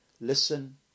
Listen